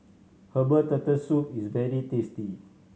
herbal Turtle Soup is very tasty